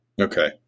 Okay